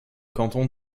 canton